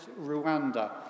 Rwanda